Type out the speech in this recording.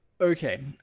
Okay